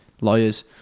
lawyers